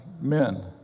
men